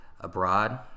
abroad